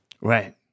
Right